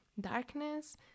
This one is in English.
darkness